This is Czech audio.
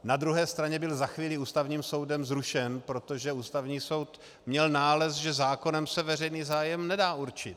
Na druhé straně byl za chvíli Ústavním soudem zrušen, protože Ústavní soud měl nález, že zákonem se veřejný zájem nedá určit.